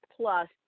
plus